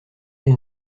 elle